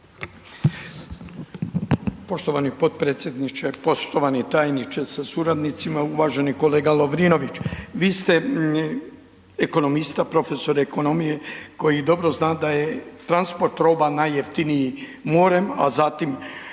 Poštovani potpredsjedniče, poštovani tajniče sa suradnicima, uvaženi kolega Lovrinović. Vi ste ekonomista, profesor ekonomije, koji dobro zna, da je transport roba najjeftiniji morem, a zatim